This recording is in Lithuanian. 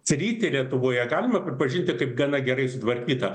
sritį lietuvoje galima pripažinti kaip gana gerai sutvarkytą